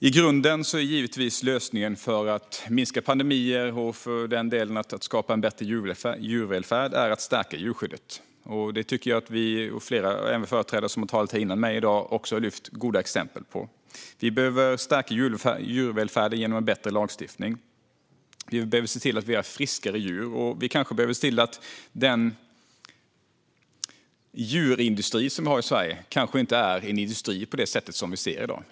I grunden är givetvis lösningen för att minska pandemier - och för den delen för att skapa en bättre djurvälfärd - att stärka djurskyddet. Detta har även flera företrädare som har talat före mig i dag lyft fram goda exempel på. Vi behöver stärka djurvälfärden genom en bättre lagstiftning. Vi behöver se till att vi har friskare djur. Vi kanske också behöver se till att den djurindustri som vi har i Sverige inte är en industri på det sätt som vi ser i dag.